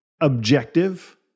objective